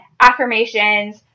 affirmations